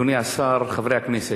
אדוני השר, חברי הכנסת,